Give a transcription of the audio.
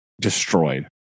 destroyed